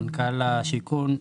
מנכ"ל השיכון,